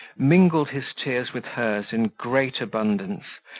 mingled his tears with hers in great abundance,